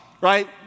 right